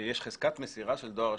יש חזקת מסירה של דואר רשום.